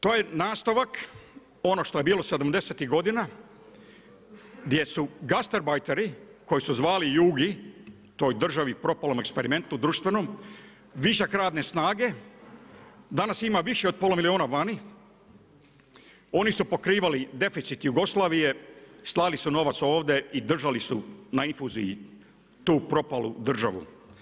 To je nastavak ono što je bilo sedamdesetih godina gdje su gastarbajteri koji su zvali Jugi toj državi propalom eksperimentu društvenom, višak radne snage, danas ima više od pola milijuna vani, oni su pokrivali deficit Jugoslavije, slali su novac ovdje i držali su na infuziji tu propalu državu.